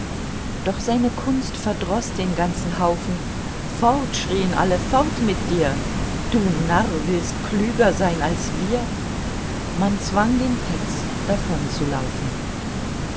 doch seine kunst verdroß den ganzen haufen fort schrien alle fort mit dir du narr willst klüger sein als wir man zwang den